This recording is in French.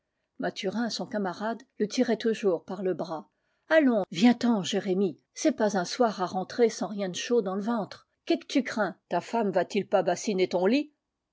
mathurin son camarade le tirait toujours par le bras allons viens ten jérémie c'est pas un soir à rentrer sans rien de chaud dans le ventre que qu tu crains ta femme va-t-il pas bassiner ton lit